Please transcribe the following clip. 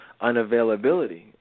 unavailability